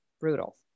brutal